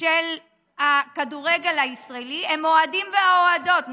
של הכדורגל הישראלי הם האוהדים והאוהדות.